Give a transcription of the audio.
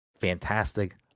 Fantastic